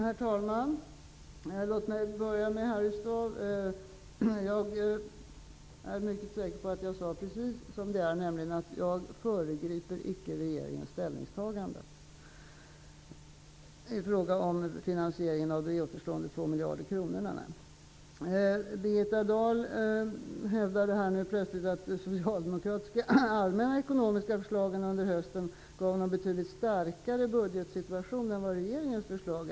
Herr talman! Låt mig börja med Harry Staaf. Jag är säker på att jag sade precis som det är, nämligen att jag icke föregriper regeringens ställningstagande i fråga om finansieringen av de återstående 2 miljarderna. Birgitta Dahl hävdade plötsligt att de socialdemokratiska allmänna ekonomiska förslagen under hösten gav en betydligt starkare budgetsituation än regeringens förslag.